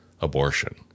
abortion